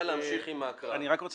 אני רוצה